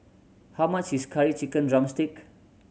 how much is Curry Chicken drumstick